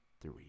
three